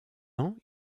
ans